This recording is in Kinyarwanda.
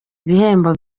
ibihembo